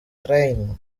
train